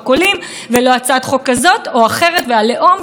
אבל כל אחד שילם בתמיכה בהצעת חוק